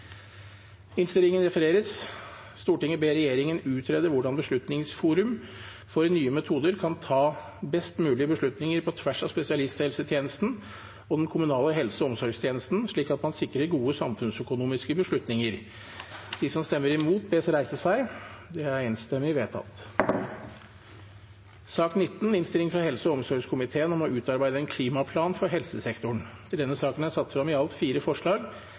innstillingen i saken: «Stortinget ber regjeringen utrede hvordan Beslutningsforum for nye metoder kan ta best mulige beslutninger på tvers av spesialisthelsetjenesten og den kommunale helse- og omsorgstjenesten, slik at man sikrer gode samfunnsøkonomiske beslutninger.» Det er en del av det paradokset vi har sett her i denne saken: at det er